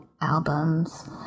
albums